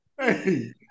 Hey